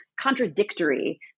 contradictory